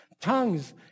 tongues